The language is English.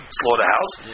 slaughterhouse